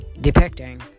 depicting